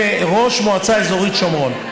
ראש מועצה אזורית שומרון,